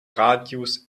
radius